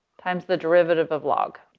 times the derivative of log.